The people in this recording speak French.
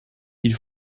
ils